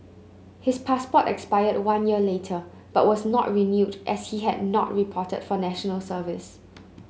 his passport expired one year later but was not renewed as he had not reported for National Service